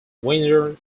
winter